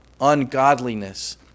ungodliness